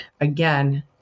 again